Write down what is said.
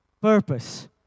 purpose